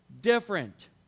different